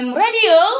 radio